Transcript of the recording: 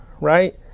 right